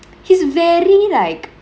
he's very like